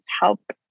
help